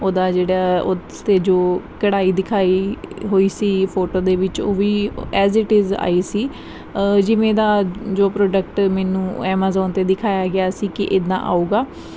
ਉਹਦਾ ਜਿਹੜਾ ਉਸ 'ਤੇ ਜੋ ਕਢਾਈ ਦਿਖਾਈ ਹੋਈ ਸੀ ਫੋਟੋ ਦੇ ਵਿੱਚ ਉਹ ਵੀ ਐਜ਼ ਇਟ ਇਜ਼ ਆਈ ਸੀ ਜਿਵੇਂ ਦਾ ਜੋ ਪ੍ਰੋਡਕਟ ਮੈਨੂੰ ਐਮਾਜ਼ੋਨ 'ਤੇ ਦਿਖਾਇਆ ਗਿਆ ਸੀ ਕਿ ਇੱਦਾਂ ਆਊਗਾ